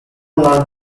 non